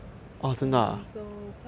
分手快乐